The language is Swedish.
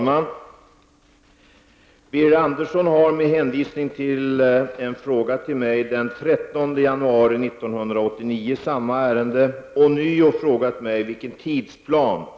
Den 13 januari 1989 ställde jag en fråga till försvarsministern om det fortsatta underhållet av RM 8-motorn i Arboga.